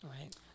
right